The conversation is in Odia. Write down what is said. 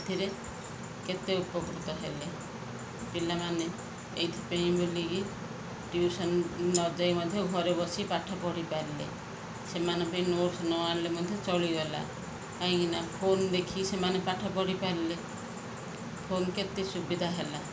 ସେଥିରେ କେତେ ଉପକୃତ ହେଲେ ପିଲାମାନେ ଏଇଥିପାଇଁ ବୋଲିକି ଟ୍ୟୁସନ୍ ନଯାଇ ମଧ୍ୟ ଘରେ ବସି ପାଠ ପଢ଼ି ପାରିଲେ ସେମାନଙ୍କ ପାଇଁ ନୋଟ୍ସ୍ ନ ଆଣିଲେ ମଧ୍ୟ ଚଳିଗଲା କାହିଁକିନା ଫୋନ୍ ଦେଖିକି ସେମାନେ ପାଠ ପଢ଼ି ପାରିଲେ ଫୋନ୍ କେତେ ସୁବିଧା ହେଲା